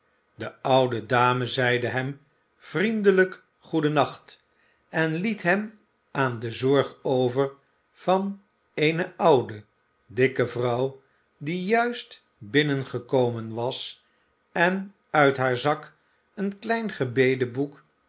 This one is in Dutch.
de oude dame zeide hem vriendelijk goedennacht en liet hem aan de zorg over van eene oude dikke vrouw die juist binnengekomen was en uit haar zak een klein gebedenboek